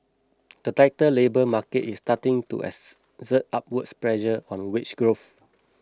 the tighter labour market is starting to exert upward pressure on wage growth